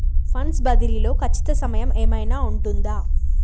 Funds బదిలీ లో ఖచ్చిత సమయం ఏమైనా ఉంటుందా?